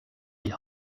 die